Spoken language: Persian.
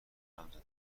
زنده